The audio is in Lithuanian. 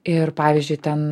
ir pavyzdžiui ten